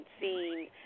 seen